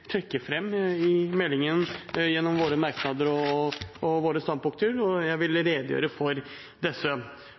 meldingen gjennom våre merknader og våre standpunkter, og jeg vil redegjøre for disse.